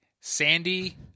Sandy